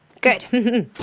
Good